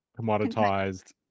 commoditized